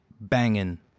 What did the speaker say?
Banging